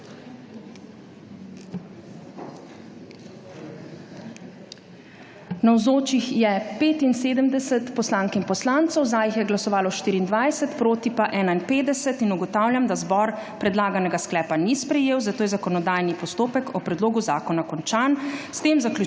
Navzočih je 75 poslank in poslancev, za jih je glasovalo 24, proti 51. (Za je glasovalo 24.) (Proti 51.) Ugotavljam, da zbor predlaganega sklepa ni sprejel, zato je zakonodajni postopek o predlogu zakona končan.